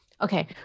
Okay